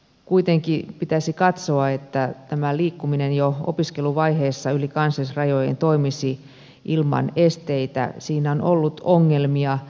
kuitenkin pitäisi katsoa että tämä liikkuminen jo opiskeluvaiheessa yli kansallisrajojen toimisi ilman esteitä siinä on ollut ongelmia